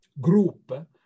group